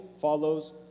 follows